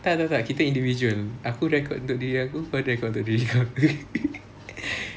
tak tak tak kita individual aku record untuk diri aku kau record untuk diri kau